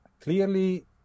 Clearly